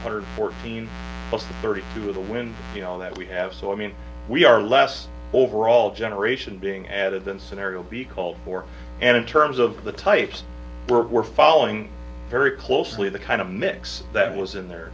e hundred fourteen plus thirty two of the wind you know that we have so i mean we are less overall generation being added than scenario b called for and in terms of the types we're following very closely the kind of mix that was in there